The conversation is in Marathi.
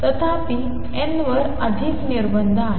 तथापि n वर अधिक निर्बंध आहेत